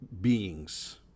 beings